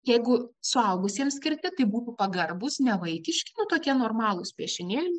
jeigu suaugusiems skirti tai būtų pagarbūs nevaikiški nu tokie normalūs piešinėliai